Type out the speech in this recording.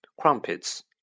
crumpets